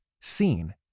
seen